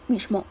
which mod